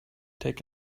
take